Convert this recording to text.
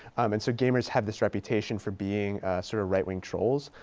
and so gamers have this reputation for being sort of right wing trolls.